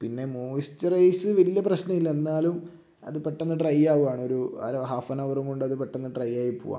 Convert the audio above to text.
പിന്നെ മോസ്ചറേസ് വലിയ പ്രശ്നമില്ല എന്നാലും അത് പെട്ടെന്ന് ഡ്രൈ ആവുകയാണ് ഹാഫ് ആൻ അവറും കൊണ്ടത് പെട്ടെന്ന് ഡ്രൈ ആയി പൂവാണ്